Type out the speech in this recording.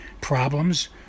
problems